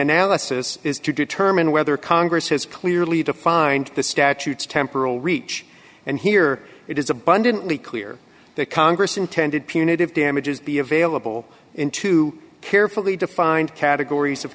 analysis is to determine whether congress has clearly defined the statutes temporal reach and here it is abundantly clear that congress intended punitive damages be available in two carefully defined categories of